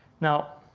now.